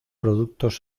productos